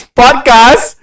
podcast